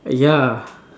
ya